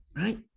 right